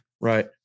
Right